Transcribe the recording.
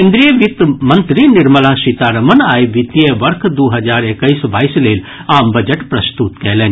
केन्द्रीय वित्त मंत्री निर्मला सीतारमन आइ वित्तीय वर्ष दू हजार एकैस बाइस लेल आम बजट प्रस्तुत कयलनि